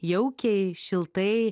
jaukiai šiltai